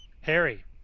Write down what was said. Harry